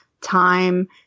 time